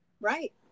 Right